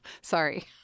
Sorry